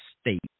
state